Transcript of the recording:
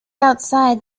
outside